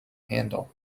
handle